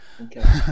Okay